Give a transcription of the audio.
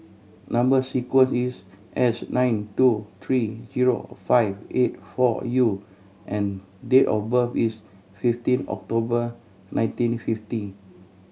number sequence is S nine two three zero five eight four U and date of birth is fifteen October nineteen fifty